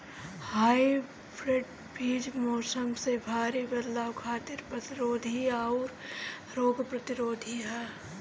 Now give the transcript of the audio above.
hybrid बीज मौसम में भारी बदलाव खातिर प्रतिरोधी आउर रोग प्रतिरोधी ह